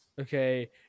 okay